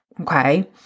okay